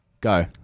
Go